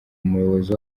umuyobozi